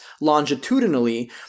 longitudinally